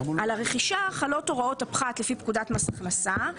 על הרכישה חלות הוראות הפחת לפי פקודת מס הכנסה,